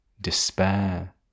despair